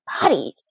bodies